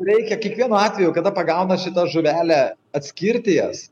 reikia kiekvienu atveju kada pagauna šitą žuvelę atskirti jas